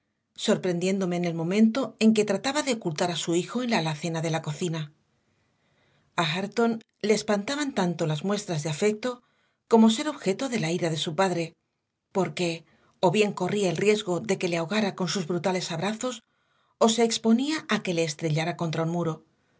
sorprendiéndome en el momento en que trataba de ocultar a su hijo en la alacena de la cocina a hareton le espantaban tanto las muestras de afecto como ser objeto de la ira de su padre porque o bien corría el riesgo de que le ahogara con sus brutales abrazos o se exponía a que le estrellara contra un muro